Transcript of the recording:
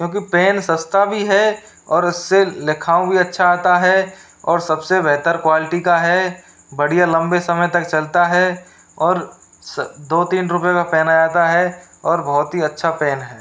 क्योंकि पेन सस्ता भी है और उससे लिखाव भी अच्छा आता है और सबसे बेहतर क्वाल्टी का है बढ़िया लम्बे समय तक चलता है और स दो तीन रुपये में पेन आ जाता है और बहुत ही अच्छा पेन है